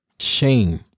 shame